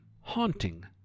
haunting